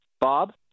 Bob